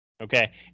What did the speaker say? Okay